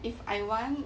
if I want